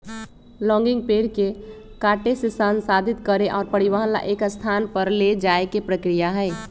logging पेड़ के काटे से, संसाधित करे और परिवहन ला एक स्थान पर ले जाये के प्रक्रिया हई